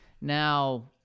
now